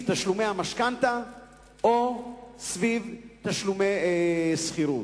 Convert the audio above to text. תשלומי המשכנתה או סביב תשלומי השכירות.